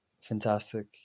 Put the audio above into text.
Fantastic